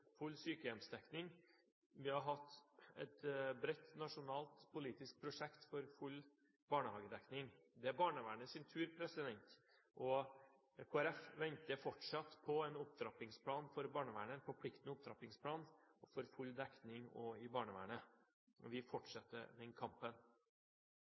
full sykehjemsdekning, vi har hatt et bredt nasjonalt politisk prosjekt for full barnehagedekning. Det er barnevernet sin tur! Kristelig Folkeparti venter fortsatt på en forpliktende opptrappingsplan for full dekning også i barnevernet, og vi